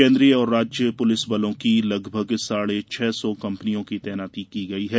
केन्द्रीय और राज्य पुलिस बलों की लगभग साढ़े छह सौ कम्पनियों की तैनाती की गई है